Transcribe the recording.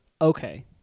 Okay